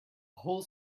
whole